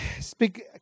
Speak